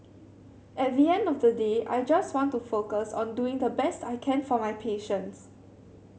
at the end of the day I just want to focus on doing the best I can for my patients